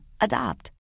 Adopt